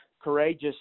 courageous